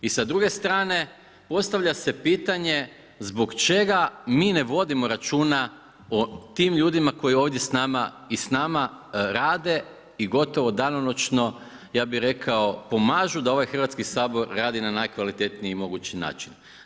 I sa druge strane, postavlja se pitanje zbog čega mi ne vodimo računa o tim ljudima koji ovdje s nama rade i gotovo danonoćno ja bi rekao pomažu da ovaj Hrvatski sabor radi na najkvalitetniji mogući način.